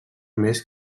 més